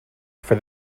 for